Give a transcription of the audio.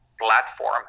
platform